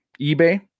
eBay